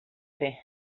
fer